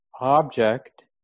object